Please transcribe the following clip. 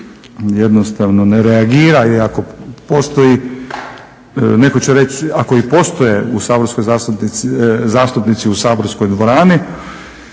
jednostavno ne reagira ili ako postoji, netko će reći ako i postoje zastupnici u saborskoj dvorani